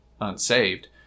unsaved